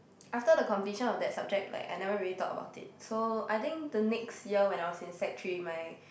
after the completion of that subject like I never really thought about it so I think the next year when I was in sec-three my